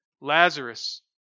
Lazarus